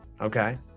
Okay